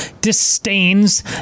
disdains